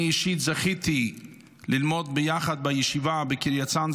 אני אישית זכיתי ללמוד ביחד בישיבה בקריית צאנז